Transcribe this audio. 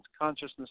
consciousness